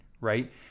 right